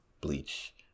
Bleach